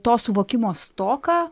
to suvokimo stoką